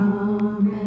Come